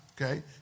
Okay